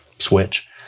switch